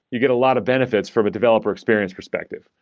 you get a lot of benefits from a developer experience perspective.